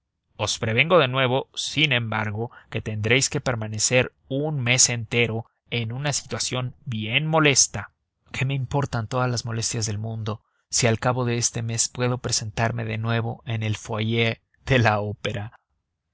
os prevengo de nuevo sin embargo que tendréis que permanecer un mes entero en una situación bien molesta qué me importan todas las molestias del mundo si al cabo de ese mes puedo presentarme de nuevo en el foyer de la opera